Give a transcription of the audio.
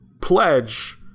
pledge